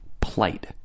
Plight